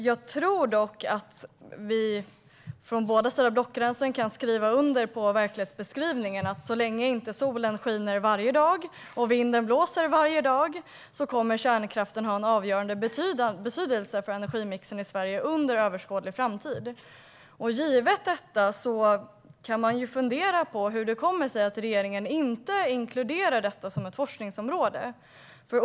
Jag tror dock att vi från båda sidor av blockgränsen kan skriva under på följande verklighetsbeskrivning: Så länge solen inte skiner varje dag och så länge vinden inte blåser varje dag kommer kärnkraften att ha en avgörande betydelse för energimixen i Sverige under överskådlig framtid. Givet detta kan man fundera på hur det kommer sig att regeringen inte inkluderar detta som ett forskningsområde.